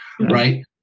right